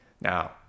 now